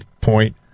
point